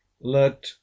let